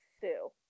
sue